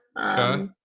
Okay